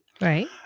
Right